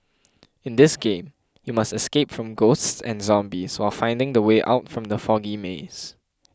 in this game you must escape from ghosts and zombies while finding the way out from the foggy maze